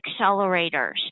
accelerators